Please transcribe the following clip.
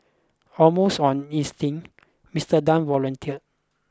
almost on instinct Mister Tan volunteered